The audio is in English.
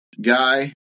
Guy